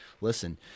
listen